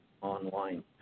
online